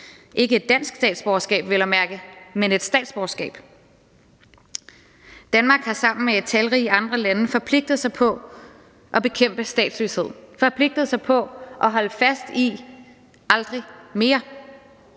ikke et dansk statsborgerskab vel at mærke, men et statsborgerskab. Danmark har sammen med talrige andre lande forpligtet sig til at bekæmpe statsløshed, forpligtet sig til at holde fast i »aldrig mere«.